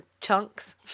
chunks